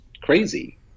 crazy